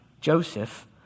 Joseph